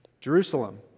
Jerusalem